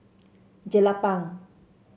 Jelapang